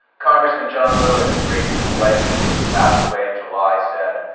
congressman john lewis, the great civil rights leader who passed away in july said,